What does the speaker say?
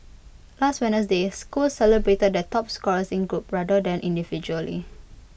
last Wednesday schools celebrated their top scorers in groups rather than individually